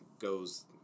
goes